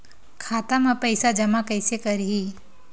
खाता म पईसा जमा कइसे करही?